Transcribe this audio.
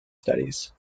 studies